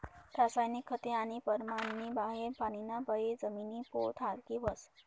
रासायनिक खते आणि परमाननी बाहेर पानीना बये जमिनी पोत हालकी व्हस